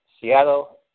Seattle